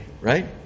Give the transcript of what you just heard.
right